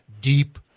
deep